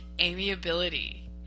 amiability